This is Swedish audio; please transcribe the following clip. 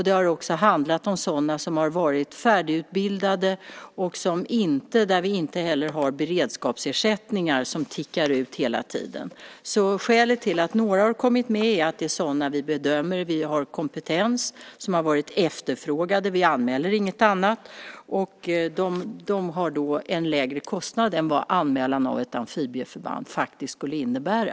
Det har också handlat om sådana som har varit färdigutbildade där vi inte har beredskapsersättningar som tickar ut hela tiden. Skälet till att några har kommit med är att vi bedömer att de har kompetens som har varit efterfrågad - vi anmäler inget annat - och de har lägre kostnad än vad anmälan av ett amfibieförband skulle innebära.